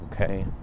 Okay